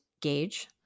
gauge